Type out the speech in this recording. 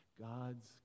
God's